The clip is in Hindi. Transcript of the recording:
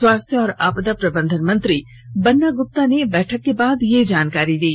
स्वास्थ्य और आपदा प्रबंधन मंत्री बन्ना गुप्ता ने बैठक के बाद यह जानकारी दी